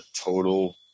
total